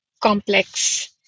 complex